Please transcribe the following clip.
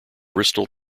bristol